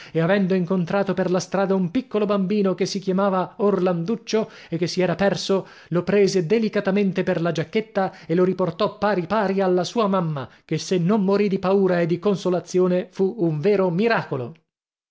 e avendo incontrato per la strada un piccolo bambino che si chiamava orlanduccio e che si era perso lo prese delicatamente per la giacchetta e lo riportò pari pari alla sua mamma che se non mori di paura e di consolazione fu un vero miracolo